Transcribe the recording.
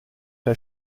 her